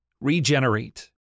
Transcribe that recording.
Regenerate